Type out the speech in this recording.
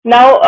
Now